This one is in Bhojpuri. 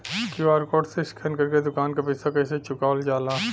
क्यू.आर कोड से स्कैन कर के दुकान के पैसा कैसे चुकावल जाला?